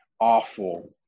awful